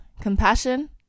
compassion